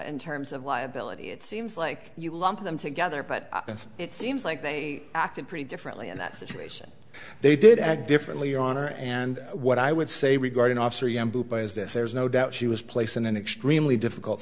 in terms of liability it seems like you lump them together but it seems like they acted pretty differently in that situation they did act differently your honor and what i would say regarding officer by is this there is no doubt she was placed in an extremely difficult